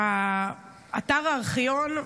אתר הארכיון,